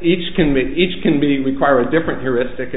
each can make each can be require a different terroristic and